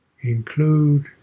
include